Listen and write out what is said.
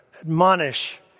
admonish